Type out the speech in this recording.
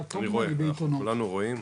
אני רואה, כולנו רואים.